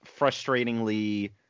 frustratingly